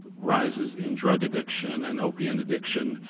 rises in drug addiction and opiate addiction,